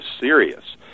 serious